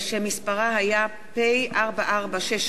שמספרה היה פ/4463/18.